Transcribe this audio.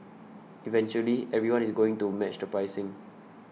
eventually everyone is going to match the pricing